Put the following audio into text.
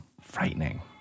frightening